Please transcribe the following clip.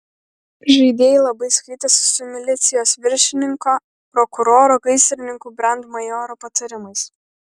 žaidėjai labai skaitėsi su milicijos viršininko prokuroro gaisrininkų brandmajoro patarimais